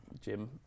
Jim